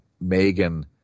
Megan